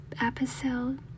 episode